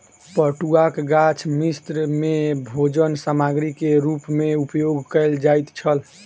पटुआक गाछ मिस्र में भोजन सामग्री के रूप में उपयोग कयल जाइत छल